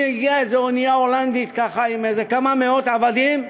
הגיעה איזו אונייה הולנדית עם איזה כמה מאות עבדים,